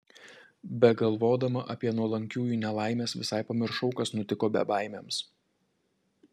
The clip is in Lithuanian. begalvodama apie nuolankiųjų nelaimes visai pamiršau kas nutiko bebaimiams